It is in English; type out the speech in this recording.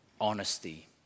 honesty